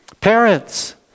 Parents